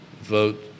vote